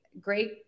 great